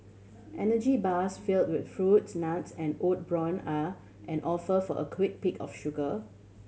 energy bars fill with fruits nuts and oat bran are on offer for a quick pick of sugar